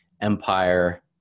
empire